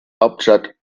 hauptstadt